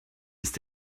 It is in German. ist